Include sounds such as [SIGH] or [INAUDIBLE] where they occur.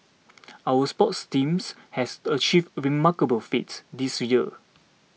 [NOISE] our sports teams has achieved remarkable feats this year